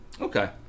Okay